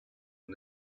and